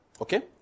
okay